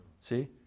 see